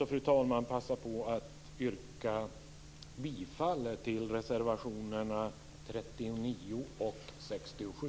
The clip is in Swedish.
Låt mig också passa på att yrka bifall till reservationerna 39 och 67.